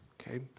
okay